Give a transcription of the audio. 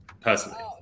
personally